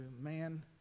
man